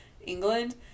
England